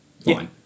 fine